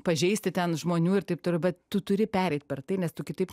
pažeisti ten žmonių ir taip toliau bet tu turi pereit per tai nes tu kitaip